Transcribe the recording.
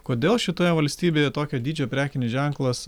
kodėl šitoje valstybėje tokio dydžio prekinis ženklas